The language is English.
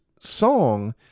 song